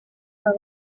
aba